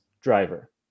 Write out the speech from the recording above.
driver